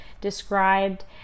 described